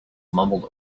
mumbled